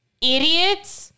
idiots